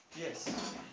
Yes